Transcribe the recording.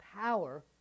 power